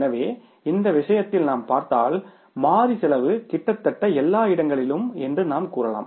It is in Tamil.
எனவே இந்த விஷயத்தில் நாம் பார்த்தால் மாறி செலவு கிட்டத்தட்ட எல்லா இடங்களிலும் என்று நாம் கூறலாம்